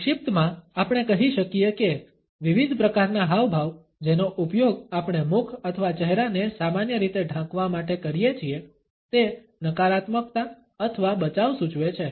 સંક્ષિપ્તમાં આપણે કહી શકીએ કે વિવિધ પ્રકારના હાવભાવ જેનો ઉપયોગ આપણે મુખ અથવા ચહેરાને સામાન્ય રીતે ઢાંકવા માટે કરીએ છીએ તે નકારાત્મકતા અથવા બચાવ સૂચવે છે